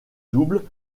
doubles